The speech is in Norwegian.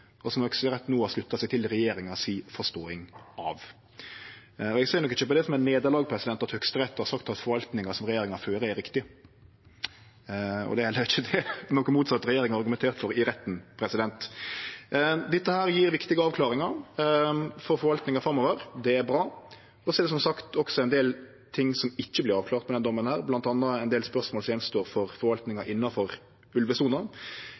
og som Høgsterett no har slutta seg til regjeringa si forståing av. Eg ser nok ikkje på det som eit nederlag at Høgsterett har sagt at forvaltninga regjeringa fører, er riktig, og det var heller ikkje noko motsett regjeringa argumenterte for i retten. Dette gjev viktige avklaringar for forvaltinga framover. Det er bra. Så er det som sagt også ein del ting som ikkje vert avklarte med denne dommen, bl.a. ein del spørsmål som står igjen om forvaltinga innanfor ulvesona.